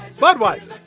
Budweiser